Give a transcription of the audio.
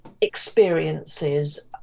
experiences